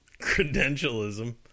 Credentialism